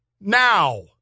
now